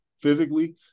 physically